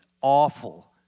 awful